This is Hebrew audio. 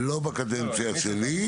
לא בקדנציה שלי.